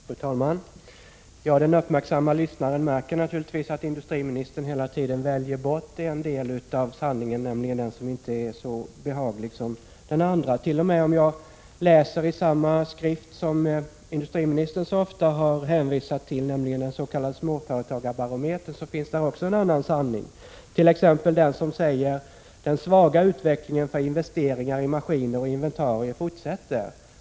Fru talman! Den uppmärksamme lyssnaren märker naturligtvis att industriministern hela tiden väljer bort en del av sanningen, nämligen den del som inte är så behaglig som den andra. T.o.m. om jag läser i den skrift som industriministern så ofta har hänvisat till, nämligen den s.k. småföretagarbarometern, kan jag finna en annan sanning, t.ex. den som säger att den svaga utvecklingen när det gäller investeringar i maskiner och inventarier fortsätter.